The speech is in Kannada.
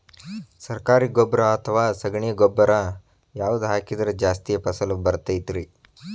ಸರಕಾರಿ ಗೊಬ್ಬರ ಅಥವಾ ಸಗಣಿ ಗೊಬ್ಬರ ಯಾವ್ದು ಹಾಕಿದ್ರ ಜಾಸ್ತಿ ಫಸಲು ಬರತೈತ್ರಿ?